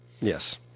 Yes